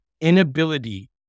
inability